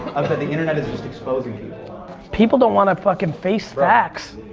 the internet is just exposing people. people don't wanna fucking face facts.